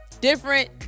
Different